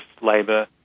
labour